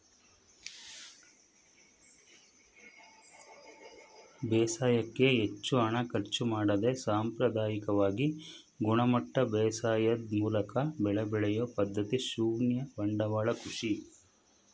ಬೇಸಾಯಕ್ಕೆ ಹೆಚ್ಚು ಹಣ ಖರ್ಚು ಮಾಡದೆ ಸಾಂಪ್ರದಾಯಿಕವಾಗಿ ಗುಣಮಟ್ಟ ಬೇಸಾಯದ್ ಮೂಲಕ ಬೆಳೆ ಬೆಳೆಯೊ ಪದ್ಧತಿ ಶೂನ್ಯ ಬಂಡವಾಳ ಕೃಷಿ